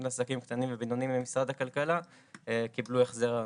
לעסקים קטנים ובינוניים במשרד הכלכלה קיבלו החזר ארנונה.